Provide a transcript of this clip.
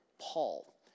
Paul